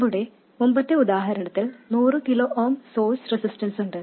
നമ്മുടെ മുമ്പത്തെ ഉദാഹരണത്തിൽ 100 കിലോ ഓം സോഴ്സ് റെസിസ്റ്റൻസുണ്ട്